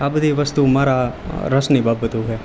આ બધી વસ્તુ મારા રસની બાબતો છે